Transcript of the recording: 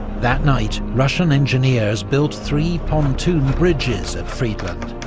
that night, russian engineers built three pontoon bridges at friedland,